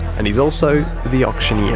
and he's also. the auctioneer.